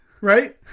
right